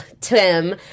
Tim